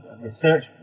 research